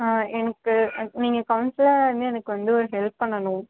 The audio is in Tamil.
எனக்கு நீங்கள் கௌன்சிலராக இருந்து எனக்கு வந்து ஒரு ஹெல்ப் பண்ணணும்